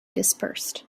dispersed